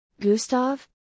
Gustav